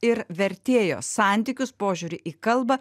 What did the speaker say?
ir vertėjo santykius požiūrį į kalbą